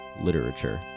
literature